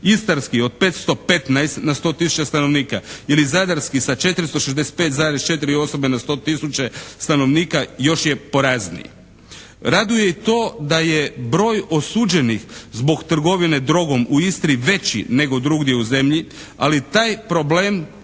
Istarski od 515 na 100 tisuća stanovnika. ili zadarski sa 465,4 osobe na 100 tisuća stanovnika još je porazniji. Raduje i to da je broj osuđenih zbog trgovine drogom u Istri veći nego drugdje u zemlji, ali taj problem